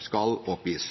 skal oppgis.